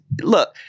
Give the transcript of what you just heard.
look